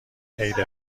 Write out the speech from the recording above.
عید